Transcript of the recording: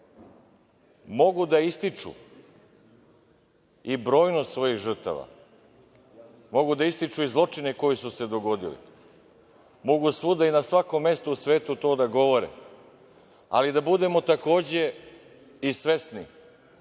mogu da ističu i brojnost svojih žrtava, mogu da ističu i zločine koji su se dogodili, mogu svuda i na svakom mestu u svetu to da govore, ali da budemo takođe i svesni